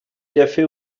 café